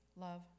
love